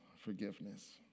forgiveness